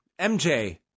MJ